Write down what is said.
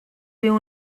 viu